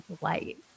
light